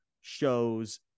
shows